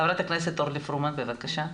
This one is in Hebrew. ח"כ אורלי פרומן בבקשה.